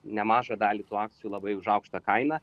nemažą dalį tų akcijų labai už aukštą kainą